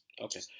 Okay